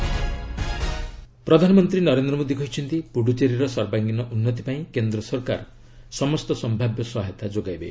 PM Puducherry ପ୍ରଧାନମନ୍ତ୍ରୀ ନରେନ୍ଦ୍ର ମୋଦି କହିଛନ୍ତି ପୁଡ଼ୁଚେରୀର ସର୍ବାଙ୍ଗୀନ ଉନ୍ନତି ପାଇଁ କେନ୍ଦ୍ର ସରକାର ସମସ୍ତ ସମ୍ଭାବ୍ୟ ସହାୟତା ଯୋଗାଇବେ